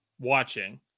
watching